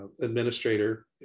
administrator